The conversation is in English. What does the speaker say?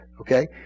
Okay